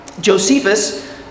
Josephus